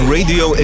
Radio